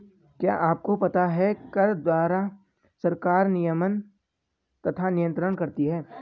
क्या आपको पता है कर द्वारा सरकार नियमन तथा नियन्त्रण करती है?